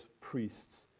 priests